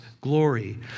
glory